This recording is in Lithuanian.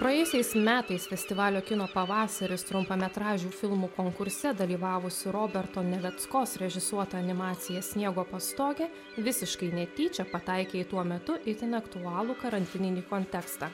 praėjusiais metais festivalio kino pavasaris trumpametražių filmų konkurse dalyvavusi roberto neveckos režisuota animacija sniego pastogė visiškai netyčia pataikė į tuo metu itin aktualų karantininį kontekstą